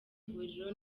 vuriro